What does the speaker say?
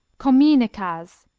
komijnekaas,